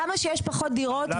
אני יודע עד כמה הדבר בוער